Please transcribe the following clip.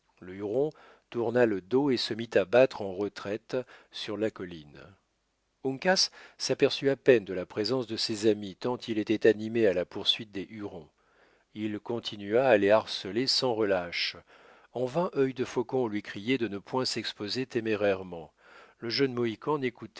le huron tourna le dos et se mit à battre en retraite sur la colline mk saperçut à peine de la présence de ses amis tant il était animé à la poursuite des hurons il continua à les harceler sans relâche en vain œil de faucon lui criait de ne point s'exposer témérairement le jeune mohican